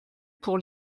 pour